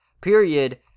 period